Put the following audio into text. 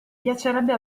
piacerebbe